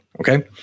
Okay